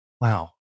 Wow